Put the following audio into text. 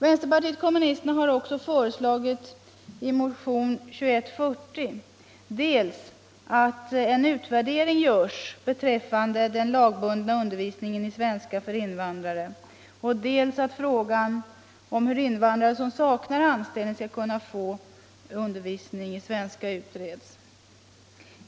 Vänsterpartiet kommunisterna har också i motionen 2140 föreslagit dels att en utvärdering görs beträffande den lagbundna undervisningen i svenska för invandrare, dels att frågan om hur invandrare som saknar anställning skall kunna få undervisning i svenska utreds.